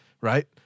Right